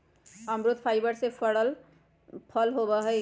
अमरुद फाइबर से भरल फल होबा हई